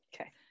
Okay